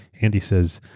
andy says,